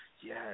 Yes